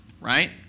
right